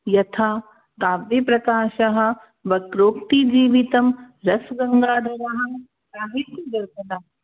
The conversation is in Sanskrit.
तथा काव्यप्रकाशः वक्रोक्तिजीवितं रसगङ्गाधरः साहित्यदर्पणः